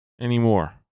anymore